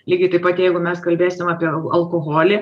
lygiai taip pat jeigu mes kalbėsim apie alkoholį